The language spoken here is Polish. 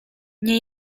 nie